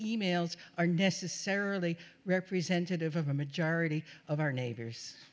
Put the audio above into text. emails are necessarily representative of a majority of our neighbors